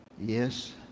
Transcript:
Yes